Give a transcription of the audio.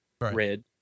red